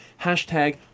hashtag